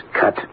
cut